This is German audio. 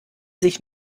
sich